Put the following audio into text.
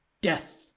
death